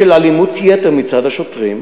של אלימות יתר מצד השוטרים.